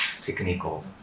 technical